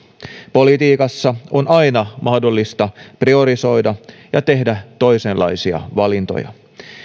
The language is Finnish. politiikassa on aina mahdollista priorisoida ja tehdä toisenlaisia valintoja